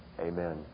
Amen